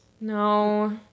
No